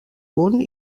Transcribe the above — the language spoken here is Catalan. punt